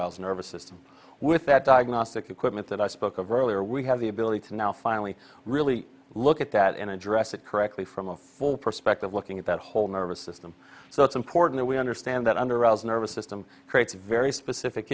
our nervous system with that diagnostic equipment that i spoke of earlier we have the ability to now finally really look at that and address it correctly from a full perspective looking at that whole nervous system so it's important we understand that under aus nervous system creates very specific